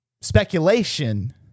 speculation